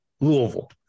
Louisville